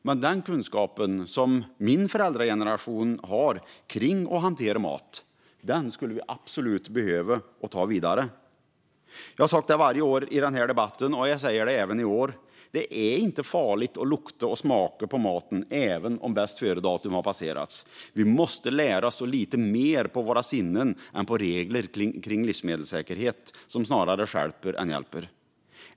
Men den kunskap som min föräldrageneration har kring att hantera mat skulle vi absolut behöva ta vidare. Jag har sagt det varje år i den här debatten, och jag säger det även i år: Det är inte farligt att lukta och smaka på maten även om bästföredatum har passerat. Vi måste lära oss att lita mer på våra sinnen än på regler kring livsmedelssäkerhet, som snarare stjälper än hjälper.